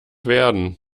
werden